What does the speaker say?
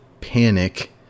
panic